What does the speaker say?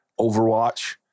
Overwatch